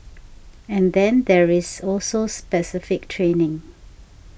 and then there's also specific training